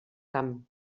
camp